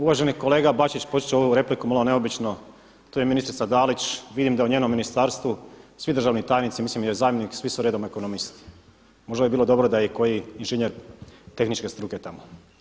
Uvaženi kolega Bačić, počet ću ovu repliku malo neobično, tu je ministrica Dalić, vidim da u njenom ministarstvu svi državni tajnici mislim … zamjenik svi su redom ekonomisti, možda bi bilo dobro da je koji inženjer tehničke struke tamo.